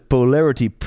Polarity